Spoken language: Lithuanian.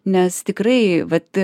nes tikrai vat